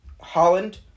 Holland